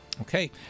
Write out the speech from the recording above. Okay